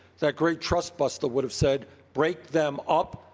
that great trust-buster would have said break them up.